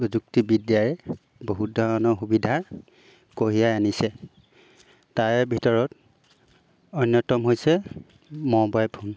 প্ৰযুক্তিবিদ্যাই বহুত ধৰণৰ সুবিধা কঢ়িয়াই আনিছে তাৰে ভিতৰত অন্যতম হৈছে ম'বাইল ফোন